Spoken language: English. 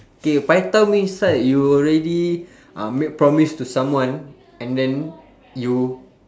K pai tao means right you already make uh promise to someone and then you